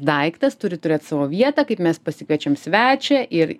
daiktas turi turėt savo vietą kaip mes pasikviečiam svečią ir